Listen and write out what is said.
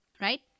right